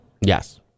yes